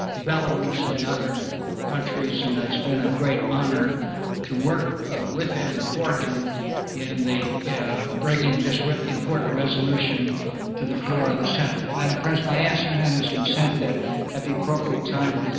belarus and other countries, and it's been a great honor to work with him and for him in ah bringing this important resolution to the floor of the senate. madam president, i ask unanimous consent that at the appropriate time,